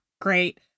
great